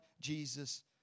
Jesus